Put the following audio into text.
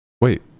Wait